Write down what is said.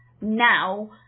now